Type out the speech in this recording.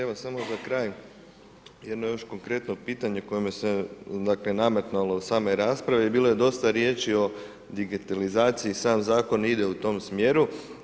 Evo, samo za kraj jedno još konkretno pitanje koje mi se, dakle, nametnulo od same rasprave i bilo je dosta riječi o digitalizaciji, sam Zakon ide u tom smjeru.